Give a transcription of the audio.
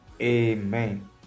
Amen